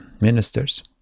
ministers